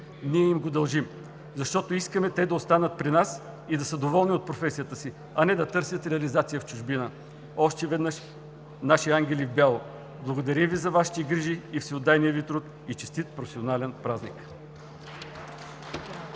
Ние им го дължим, защото искаме те да останат при нас и да са доволни от професията си, а не да търсят реализация в чужбина. Още веднъж, наши ангели в бяло, благодарим Ви за Вашите грижи и всеотдайния труд и честит професионален празник!